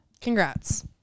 Congrats